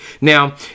Now